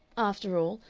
after all,